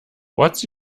what’s